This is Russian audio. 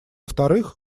вторых